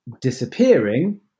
disappearing